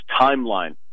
timeline